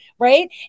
Right